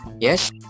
yes